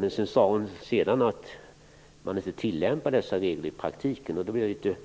Men senare sade Ingrid Näslund att dessa regler inte tillämpas i praktiken. Då blev jag litet